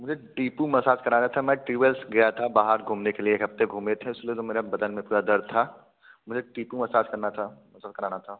मुझे deep massage करना था मैं ट्यू एस गया था बाहर घूमने के लिए एक हफ़्ते घूमे थे उस लिए तो मेरे बदन में पूरा दर्द था मुझे टीपु मसाज करना था मसाज कराना था